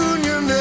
Union